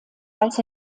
als